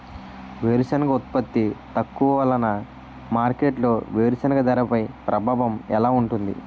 వేరుసెనగ ఉత్పత్తి తక్కువ వలన మార్కెట్లో వేరుసెనగ ధరపై ప్రభావం ఎలా ఉంటుంది?